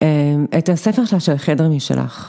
אההמ…את הספר של חדר משלך.